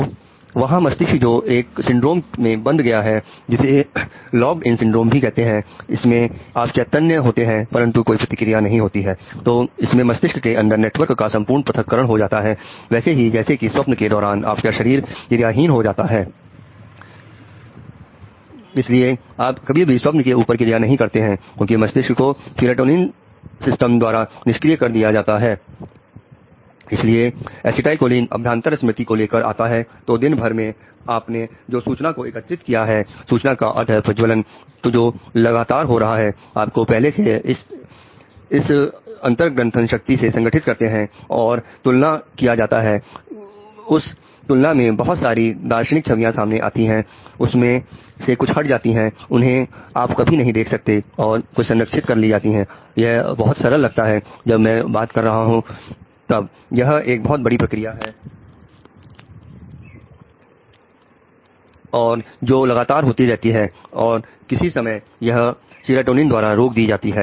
तो वही मस्तिष्क जो एक सिंड्रोम में बंद गया है जिसे लॉगड इन सिंड्रोम द्वारा रोक दी जाती हैं